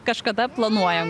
kažkada planuojam